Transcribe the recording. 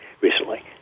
recently